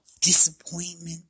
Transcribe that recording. Disappointment